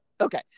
Okay